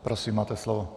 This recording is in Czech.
Prosím, máte slovo.